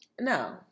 No